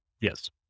Yes